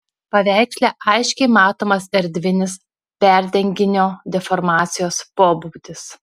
paveiksle aiškiai matomas erdvinis perdenginio deformacijos pobūdis